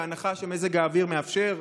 בהנחה שמזג האוויר מאפשר,